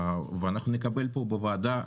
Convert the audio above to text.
אנחנו נקבל פה בוועדה,